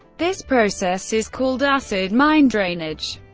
this process is called acid mine drainage.